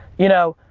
you know,